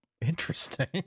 Interesting